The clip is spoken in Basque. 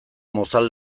mozal